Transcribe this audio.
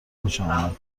خوشم